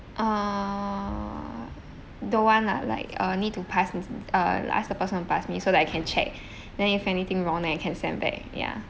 uh don't want lah like uh need to pass uh ask the person to pass me so that I can check then if anything wrong then I can send back ya